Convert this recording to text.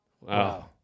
Wow